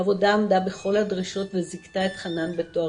העבודה עמדה בכל הדרישות וזיכתה את חנאן בתואר